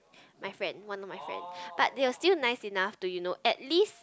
my friend one of my friend but they were still nice enough to you know at least